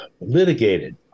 Litigated